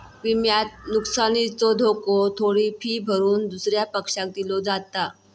विम्यात नुकसानीचो धोको थोडी फी भरून दुसऱ्या पक्षाक दिलो जाता